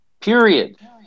period